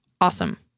awesome